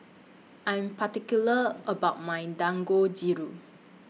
I'm particular about My Dangojiru